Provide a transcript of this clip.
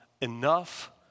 enough